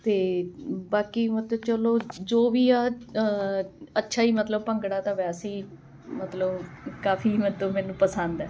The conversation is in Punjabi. ਅਤੇ ਬਾਕੀ ਮਤਲਬ ਚਲੋ ਜੋ ਵੀ ਆ ਅੱਛਾ ਹੀ ਮਤਲਬ ਭੰਗੜਾ ਤਾਂ ਵੈਸੇ ਹੀ ਮਤਲਬ ਕਾਫੀ ਮਤਲਬ ਮੈਨੂੰ ਪਸੰਦ ਹੈ